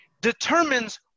determines